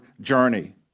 journey